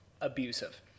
abusive